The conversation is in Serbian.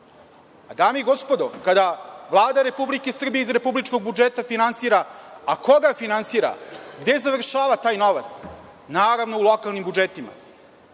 i gospodo, kada Vlada Republike Srbije iz republičkog budžeta finansira, a koga finansira, gde završava taj novac. Naravno, u lokalnim budžetima.